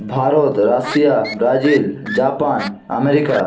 Bharat Russia Brazil Japan America